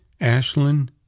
Ashlyn